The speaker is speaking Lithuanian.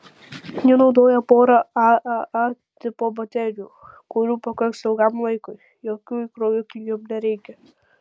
jis naudoja porą aaa tipo baterijų kurių pakaks ilgam laikui jokių įkroviklių jums nereikia